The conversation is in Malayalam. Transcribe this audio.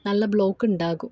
നല്ല ബ്ലോക്കുണ്ടാകും